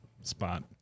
spot